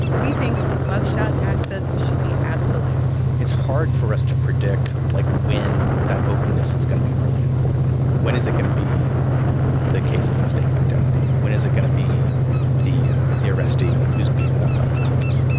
he thinks mug shot access should be absolute it's hard for us to predict, like, when that openness is going to be really important. when is it going to be the case of mistaken identity? when is it going to be the the arrestee who's beaten up by the cops?